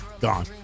gone